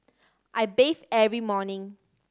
I bathe every morning